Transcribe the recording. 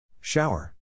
Shower